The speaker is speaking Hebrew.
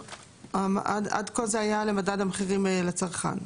עד כה זה היה למדד המחירים לצרכן.